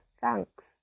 Thanks